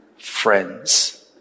friends